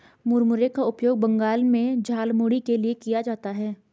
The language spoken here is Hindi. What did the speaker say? मुरमुरे का उपयोग बंगाल में झालमुड़ी के लिए किया जाता है